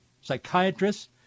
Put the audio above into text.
psychiatrists